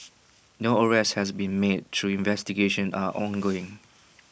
no arrests has been made though investigations are ongoing